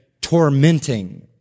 tormenting